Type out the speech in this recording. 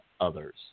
others